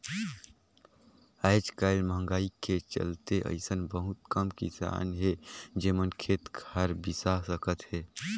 आयज कायल मंहगाई के चलते अइसन बहुत कम किसान हे जेमन खेत खार बिसा सकत हे